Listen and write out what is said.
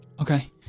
okay